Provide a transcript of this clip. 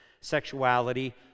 sexuality